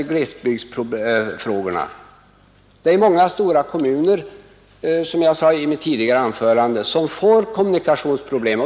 Som jag sade i mitt tidigare anförande är det många stora kommuner som råkar ut för kommunikationsproblem.